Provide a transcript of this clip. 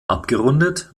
abgerundet